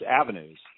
avenues